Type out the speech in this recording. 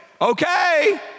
okay